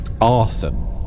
Awesome